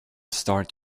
start